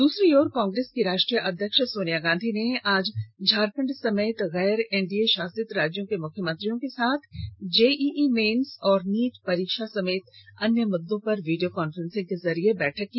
दूसरी ओर कांग्रेस की राष्ट्रीय अध्यक्ष सोनिया गांधी ने आज झारखंड समेत गैर एनडीए शासित राज्यों के मुख्यमंत्रियों के साथ जेईई मेन्स और नीट परीक्षा समेत अन्य मुद्दों पर वीडियो कॉन्फ्रेंसिंग के जरिये बैठक की